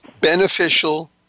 beneficial